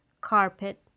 Carpet